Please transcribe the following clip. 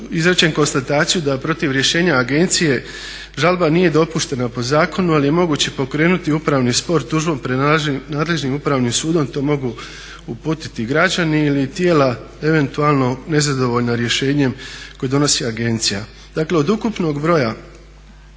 izrečem konstataciju da protiv rješenja agencije žalba nije dopuštena po zakonu ali je moguće pokrenuti upravni spor tužbom pred nadležnim upravnim sudom, to mogu uputiti građani ili tijela eventualno nezadovoljna rješenjem koje donosi agencija. Dakle od ukupnog broja